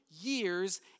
years